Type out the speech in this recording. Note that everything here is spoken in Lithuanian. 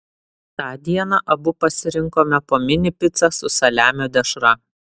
tą dieną abu pasirinkome po mini picą su saliamio dešra